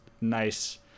nice